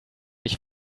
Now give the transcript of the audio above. ich